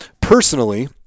Personally